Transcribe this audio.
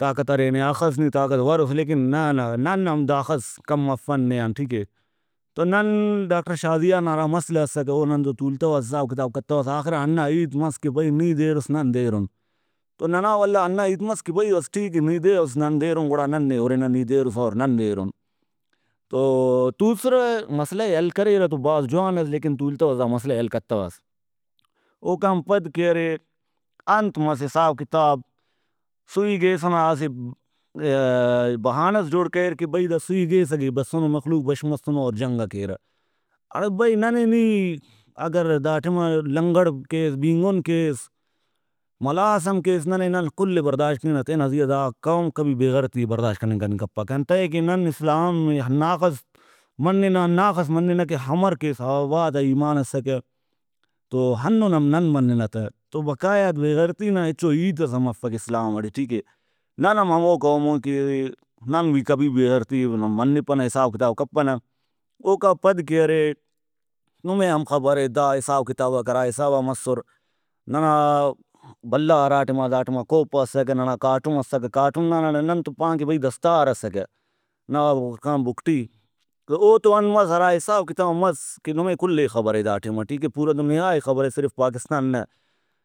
طاقت ارے نے اخس نی طاقتورُس لیکن نہ نہ نن ہم داخس کم افن نے آن ٹھیک اےتو نن ڈاکٹر شازیہ نا ہرا مسئلہ اسکہ او نن تولتوس حساب کتاب کتوس آخرا ہنا ہیت مس کہ بھئی نی دیرُس نن دیرُن ننا ولا ہنا ہیت مس کہ بھئی بس ٹھیک اے نی دیرُس نن دیرُن گڑا نن نے ہُرنہ نی دیرُس اور نن دیرُن۔ تو تُوسرہ مسئلہ ئے حل کریرہ تو بھاز جوان اس لیکن تُولتوس دا مسئلہ ئے حل کتوس۔ اوکان پد کہ ارے انت مس حساب کتاب سوئی گیس ئنا اسہ بہانہ ئس جوڑ کریر کہ بھئی دا سوئی گیس ئکہ بسنو مخلوق بش مسنو اور جنگ کیرہ اڑے بھئی ننے نی اگر دا ٹائما لنگڑ کیس بینگُن کیس ملاس ہم کیس ننے نن کل ئے برداشت کینہ تینا زیہا دا قوم کبھی بے غیرتی ئے برداشت کننگ کننگ کپک۔ انتئے کہ نن اسلامے ہناخس مننہ ہناخس مننہ کہ ہمر کیسہ او با دا ایمان اسکہ تو ہنُن ہم نن مننہ تہ تو بقایا بے غیرتی نا ہچو ہیتس ہم افک اسلام ٹی ٹھیک اے ۔نن ہم ہمو قومُن کہ نن بھی کبھی بے غیرتی ئے نن منپنہ حساب کتاب کپنہ اوکا پد کہ ارے نمے ہم خبرے دا حساب کتاباک ہرا حسابا مسُر ننا بھلا ہرا ٹائما دا ٹائما کوپہ اسکہ ننا کاٹم اسکہ کاٹم نا نن تو پان کہ بھئی دستار اسکہ نواب اکبر خان بگٹی اوتو انت مس ہرا حساب کتاب مس کہ نمے کلے خبرے دا ٹائما ٹھیکے پورا دنیائے خبرےصرف پاکستان نہ